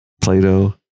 plato